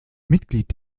mitglied